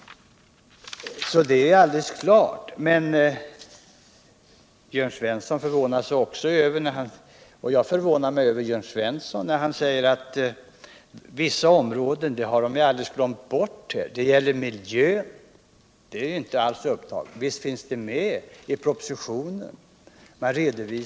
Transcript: Jörn Svensson förvånar sig över - och jag förvånar mig över Jörn Svensson när han säger det - att vissa områden alldeles har glömts bort. Miljön t.ex. finns inte alls upptagen, säger Jörn Svensson. Jo, visst talas det om miljön i propositionen.